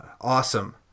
awesome